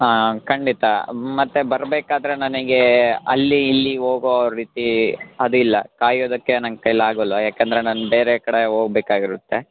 ಹಾಂ ಖಂಡಿತ ಮತ್ತು ಬರಬೇಕಾದ್ರೆ ನನಗೆ ಅಲ್ಲಿ ಇಲ್ಲಿ ಹೋಗೋ ರೀತಿ ಅದಿಲ್ಲ ಕಾಯೋದಕ್ಕೆ ನಂಗೆ ಕೈಲಿ ಆಗೋಲ್ಲ ಯಾಕಂದರೆ ನಾನು ಬೇರೆ ಕಡೆ ಹೋಗ್ಬೇಕಾಗಿರುತ್ತೆ